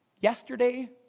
yesterday